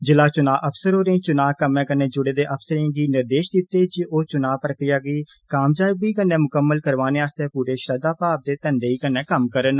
ज़िला चुना अफसर होरें चुना कम्में कन्नै जुड़े दे अफसरें गी निर्देश दित्ते दे ओह् चुना प्रक्रिया गी कामयाबी कन्नै मुकम्मल करवाने आर्स्तै पूरी श्रद्वा ते किट्ठा कन्नै कम्म करन